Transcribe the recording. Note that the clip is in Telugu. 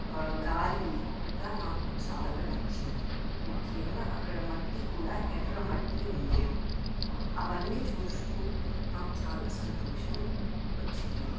గాలి ఇంకా మాకు చాలా నచ్చింది ముఖ్యంగా అక్కడ మట్టి కూడా ఎర్ర మట్టి ఉండే అవన్నీ చూస్తూ మాకు చాలా సంతోషం వచ్చింది